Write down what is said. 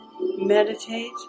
meditate